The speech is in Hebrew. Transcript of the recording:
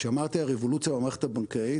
כשאמרתי הרבולוציה במערכת הבנקאית,